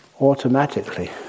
automatically